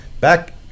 back